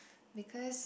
because